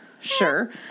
sure